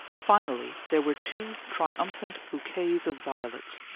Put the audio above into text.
finally there were two triumphant bouquets of violets,